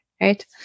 right